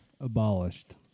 abolished